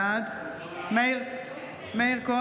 בעד מאיר כהן,